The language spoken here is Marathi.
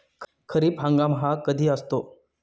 खरीप हंगाम हा कधी असतो?